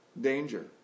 danger